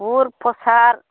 बुथ प्रसाद